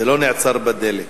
זה לא נעצר בדלק.